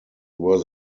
were